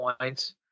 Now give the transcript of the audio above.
points